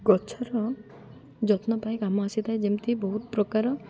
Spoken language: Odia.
ଗଛର ଯତ୍ନ ପାଇଁ କାମ ଆସିଥାଏ ଯେମିତି ବହୁତ ପ୍ରକାର